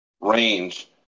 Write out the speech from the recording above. range